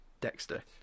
Dexter